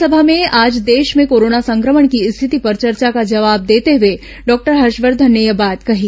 राज्यसभा में आज देश में कोरोना संक्रमण की स्थिति पर चर्चा का जवाब देते हुए डॉक्टर हर्षवर्धन ने यह बात कही